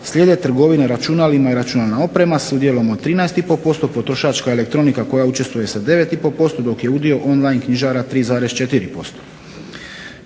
slijede trgovine računalima i računalna oprema s udjelom od 13 i po posto, potrošačka elektronika koja učestvuje sa 9 i po posto, dok je udio online knjižara 3,4%.